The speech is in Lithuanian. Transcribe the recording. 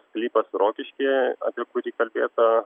sklypas rokiškyje apie kurį kalbėta